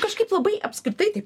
kažkaip labai apskritai taip